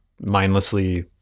mindlessly